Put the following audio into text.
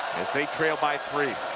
as they trail by three.